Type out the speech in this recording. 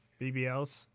BBLs